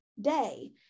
day